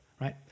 right